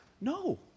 no